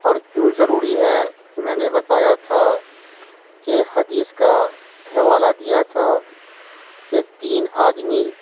اور کیوں ضروری ہے میں نے بتایا تھا کہ حدیث کا حوالہ دیا تھا کہ تین آدمی